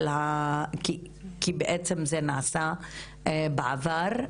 כי זה בעצם נעשה בעבר,